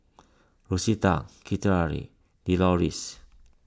Rosita Citlalli Deloris